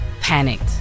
panicked